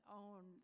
own